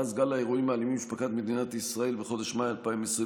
מאז גל האירועים האלימים שפקד את מדינת ישראל בחודש מאי 2021,